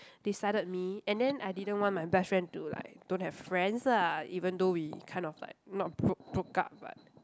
they sided me and then I didn't want my best friend to like don't have friends lah even though we kind of like not broke broke up but